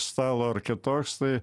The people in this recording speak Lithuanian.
stalo ar kitoks tai